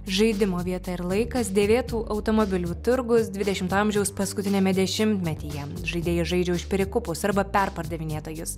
žaidimo vieta ir laikas dėvėtų automobilių turgus dvidešimto amžiaus paskutiniame dešimtmetyje žaidėjai žaidžia už perikupus arba perpardavinėtojus